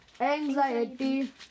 Anxiety